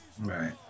Right